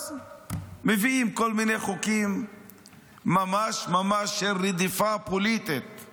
אז מביאים כל מיני חוקים של רדיפה פוליטית ממש.